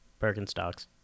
Birkenstocks